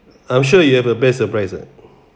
I'm sure you have a best surprise ah